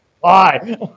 Bye